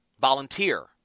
Volunteer